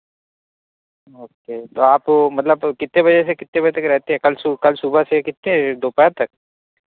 okay تو آپ مطلب کتتے بجے سے کتنے بجے تک رہتے ہیں کل صبح کل صبح سے کتنے دوپہر تک